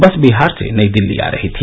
बस विहार से नई दिल्ली आ रही थी